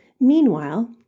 Meanwhile